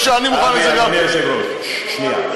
אני מוכן, אבי, היות שאני,